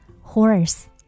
Horse